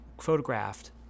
photographed